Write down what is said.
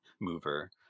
mover